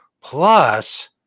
plus